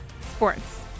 Sports